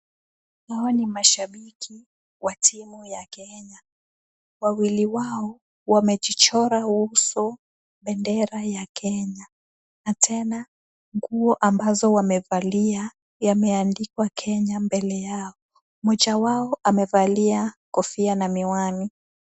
Hawa ni mashabiki wa timu ya Kenya. Wawili wao wamejichora uso bendera ya Kenya na tena nguo ambazo wamevalia, zimeandikwa Kenya mbele zao. Mmoja wao amevalia kofia na miwani.